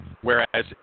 Whereas